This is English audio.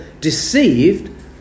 deceived